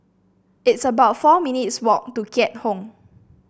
it's about four minutes' walk to Keat Hong